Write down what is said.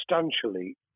substantially